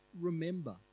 remember